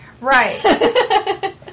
Right